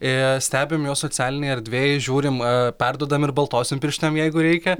ir stebim juos socialinėj erdvėj žiūrim a perduodam ir baltosiom pirštam jeigu reikia